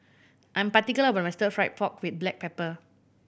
I am particular about my Stir Fried Pork With Black Pepper